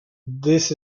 this